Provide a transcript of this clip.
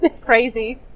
crazy